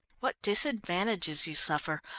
what disadvantages you suffer,